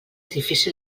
difícil